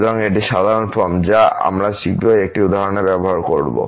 সুতরাং এটি সাধারণ ফর্ম যা আমরা শীঘ্রই একটি উদাহরণে ব্যবহার করব